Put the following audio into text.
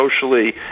socially